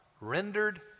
rendered